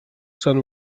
sun